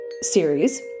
series